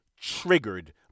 triggered